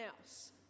else